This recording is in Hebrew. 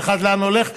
לאן כל אחד הולך?